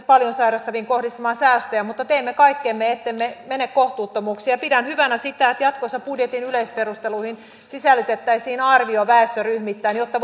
paljon sairastaviin joudutaan kohdistamaan säästöjä mutta teemme kaikkemme ettemme mene kohtuuttomuuksiin pidän hyvänä sitä että jatkossa budjetin yleisperusteluihin sisällytettäisiin arvio väestöryhmittäin jotta